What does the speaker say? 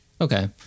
Okay